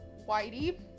whitey